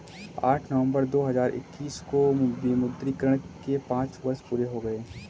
आठ नवंबर दो हजार इक्कीस को विमुद्रीकरण के पांच वर्ष पूरे हो गए हैं